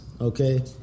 okay